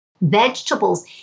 vegetables